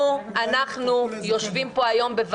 אנחנו יושבים פה היום,